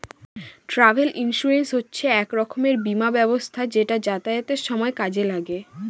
travel insurance হচ্ছে এক রকমের বীমা ব্যবস্থা যেটা যাতায়াতের সময় কাজে লাগে